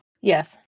Yes